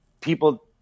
people